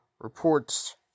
reports